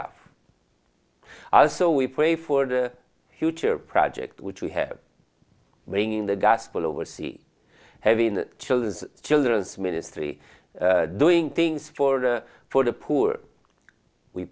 off us so we pray for the future project which we have being in the gospel oversee having the children's children's ministry doing things for the for the poor we